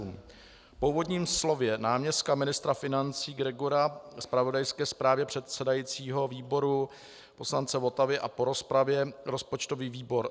Po úvodním slově náměstka ministra financí Gregora, zpravodajské zprávě předsedajícího výboru poslance Votavy a po rozpravě rozpočtový výbor